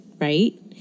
right